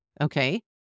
Okay